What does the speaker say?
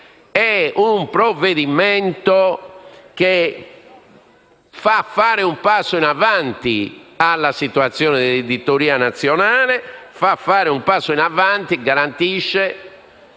È un provvedimento che fa fare un passo in avanti alla situazione dell'editoria nazionale e garantisce